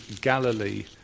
Galilee